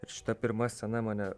ir šita pirma scena mane